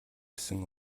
гэсэн